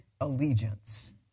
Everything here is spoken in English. allegiance